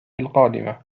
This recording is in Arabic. القادمة